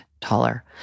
taller